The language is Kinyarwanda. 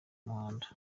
muhanda